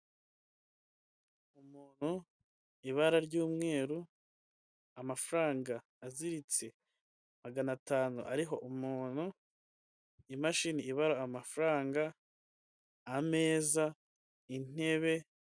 Umuntu, ibara ry'umweru, amafaranga aziritse magana atanu ariho umuntu, imashini ibara amafaranga, ameza, intebe.